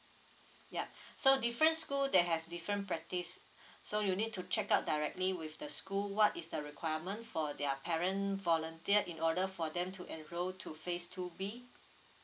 yup so different school they have different practice so you need to check out directly with the school what is the requirement for their parent volunteer in order for them to enroll to phase two B